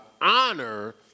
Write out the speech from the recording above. honor